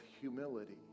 humility